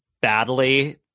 badly